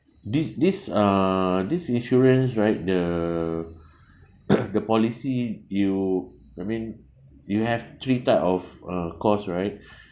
this this uh this insurance right the the policy you I mean you have three type of uh cost right